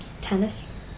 Tennis